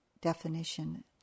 definition